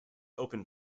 open